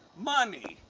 money,